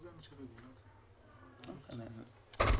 שלום,